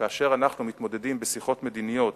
כאשר אנחנו מתמודדים בשיחות מדיניות